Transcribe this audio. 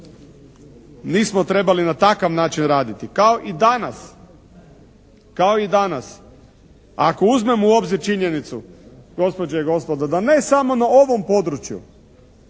nismo trebali na takav način raditi kao i danas, kao i danas. Ako uzmemo u obzir činjenicu gospođe i gospodo, da ne samo na ovom području